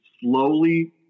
slowly